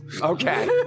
Okay